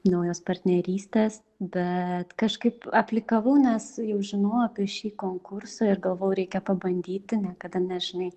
naujos partnerystės bet kažkaip aplikavau nes jau žinojau apie šį konkursą ir galvojau reikia pabandyti niekada nežinai